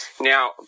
now